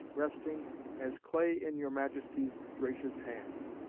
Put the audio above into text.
resting as clay in your majesty's gracious hands,